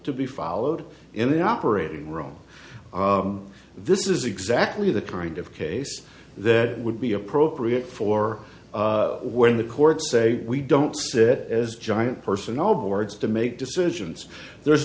to be followed in the operating room this is exactly the kind of case that would be appropriate for when the courts say we don't sit as giant person all boards to make decisions there is